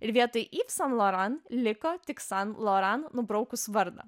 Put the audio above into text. ir vietoj iv san loran liko tik san loran nubraukus vardą